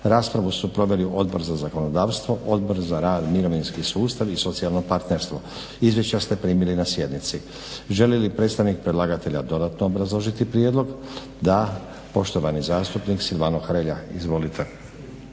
Raspravu su proveli Odbor za zakonodavstvo, Odbor za rad, mirovinski sustav i socijalno partnerstvo. Izvješća ste primili na sjednici. Želi li predstavnik predlagatelja dodatno obrazložiti prijedlog? Da. Poštovani zastupnik Silvano Hrelja, izvolite.